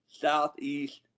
southeast